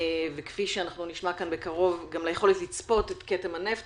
וכפי שנשמע כאן בקרוב גם ליכולת לצפות את כתם הנפט